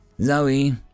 Zoe